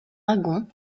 dragons